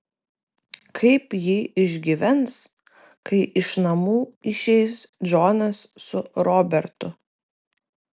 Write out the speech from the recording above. kaip ji išgyvens kai iš namų išeis džonas su robertu